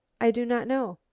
i do not know.